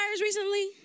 recently